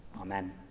amen